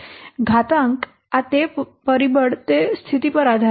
ઘાતાંક આ પરિબળ તે સ્થિતિ પર આધારીત છે